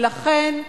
ולכן,